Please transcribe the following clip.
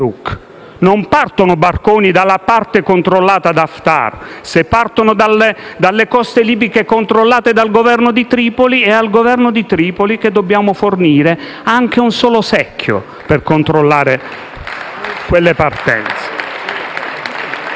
non partono barconi dalla parte controllata da Haftar. Se partono dalle coste libiche controllate dal Governo di Tripoli, è a quest'ultimo che dobbiamo fornire anche un solo secchio per controllare quelle partenze.